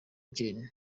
gen